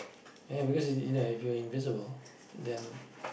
ya because you know if you're invisible then